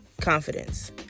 confidence